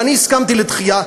ואני הסכמתי לדחייה.